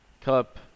Cup